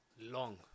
long